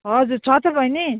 हजुर छ त बहिनी